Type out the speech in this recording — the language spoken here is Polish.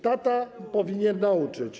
Tata powinien nauczyć.